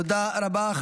תודה רבה.